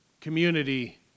community